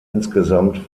insgesamt